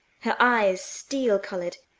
her eyes steel coloured,